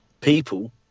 people